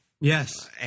Yes